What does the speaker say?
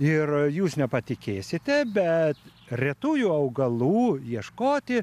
ir jūs nepatikėsite bet retųjų augalų ieškoti